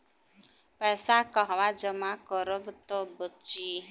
पैसा कहवा जमा करब त बची?